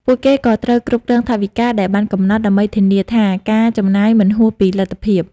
ពួកគេក៏ត្រូវគ្រប់គ្រងថវិកាដែលបានកំណត់ ដើម្បីធានាថាការចំណាយមិនហួសពីលទ្ធភាព។